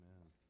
Amen